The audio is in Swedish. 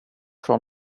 från